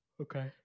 Okay